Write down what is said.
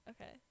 Okay